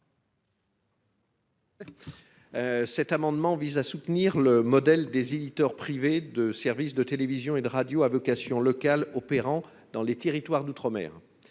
Cet amendement vise à soutenir le modèle des éditeurs privés de services de télévision et de radio à vocation locale opérant dans les territoires d'outre-mer,